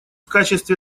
качестве